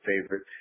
favorite